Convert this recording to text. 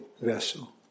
vessel